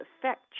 affect